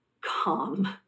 calm